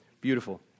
beautiful